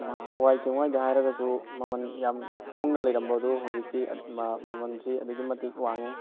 ꯍꯋꯥꯏ ꯆꯦꯡꯋꯥꯏꯗ ꯍꯥꯏꯔꯒꯁꯨ ꯃꯃꯟ ꯌꯥꯝ ꯍꯣꯡꯅ ꯂꯩꯔꯝꯕꯗꯨ ꯍꯧꯖꯤꯛꯇꯤ ꯃꯃꯟꯁꯤ ꯑꯗꯨꯛꯀꯤ ꯃꯇꯤꯛ ꯋꯥꯡꯉꯤ